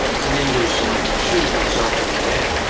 to me was like shooting myself in the head.